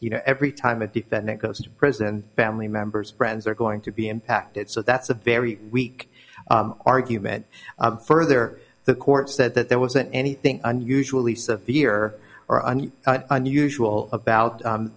you know every time a defendant goes to prison family members friends are going to be impacted so that's a very weak argument further the court said that there wasn't anything unusually severe or an unusual about